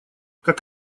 как